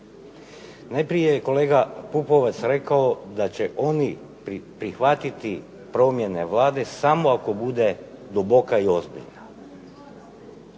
Najprije je kolega Pupovac rekao da će oni prihvatiti promjene Vlade samo ako bude duboka i ozbiljna.